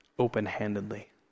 open-handedly